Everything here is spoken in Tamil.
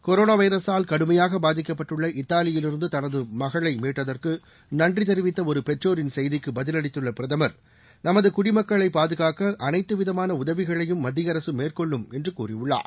கொரோனா வைரஸால் கடுமையாக பாதிக்கப்பட்டுள்ள இத்தாலியிலிருந்து தனது மகளை மீட்டதற்கு நன்றி தெரிவித்த ஒரு பெற்றோரின் செய்திக்கு பதிலளித்துள்ள பிரதம் நமது குடிமக்களை பாதுகாக்க அனைத்து விதமான உதவிகளையும் மத்திய அரசு மேற்கொள்ளும் என்று கூறியுள்ளார்